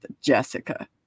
Jessica